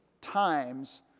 times